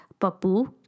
Papu